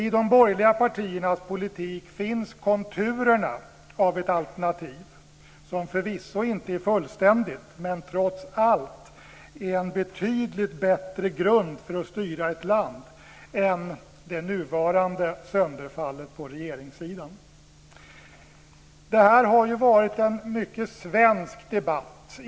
I de borgerliga partiernas politik finns konturerna av ett alternativ som förvisso inte är fullständigt, men trots allt är en betydligt bättre grund för att styra ett land än det nuvarande sönderfallet på regeringssidan. Det här har varit en mycket svensk debatt.